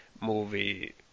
movie